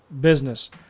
business